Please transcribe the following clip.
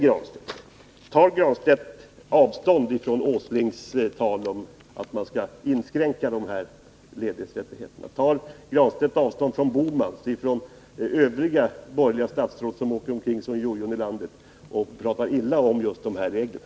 Tar Pär Granstedt avstånd från Nils Åslings tal om att inskränka ledigheterna? Tar Pär Granstedt avstånd från Gösta Bohman — och övriga borgerliga statsråd — som far landet runt som en jojo och pratar illa om ledighetsreglerna?